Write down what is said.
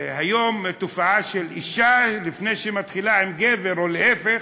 היום אישה, לפני שהיא מתחילה עם גבר או להפך: